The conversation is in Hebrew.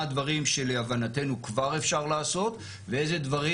מה הדברים שלהבנתנו כבר אפשר לעשות ואיזה דברים